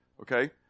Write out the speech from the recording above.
Okay